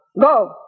Go